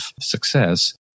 success